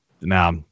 now